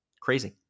crazy